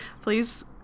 please